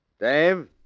Dave